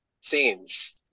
scenes